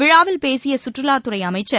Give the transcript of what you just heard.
விழாவில் பேசிய சுற்றுலாத்துறை அமைச்சர்